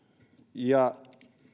ja